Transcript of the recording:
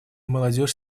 молодежь